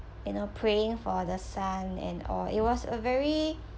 you know praying for the son and all it was a very